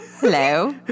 Hello